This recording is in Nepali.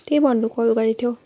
त्यही भन्न कल गरेको थियो